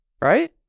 Right